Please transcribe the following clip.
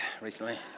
recently